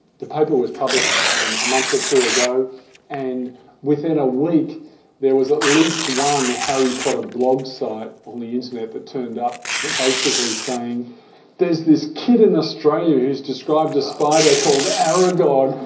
the paper was published a month or two ago and within a week there was at least one harry potter blog site on the internet that turned up so basically saying there's this kid in australia who's described a spider called aragog.